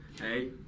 hey